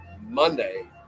Monday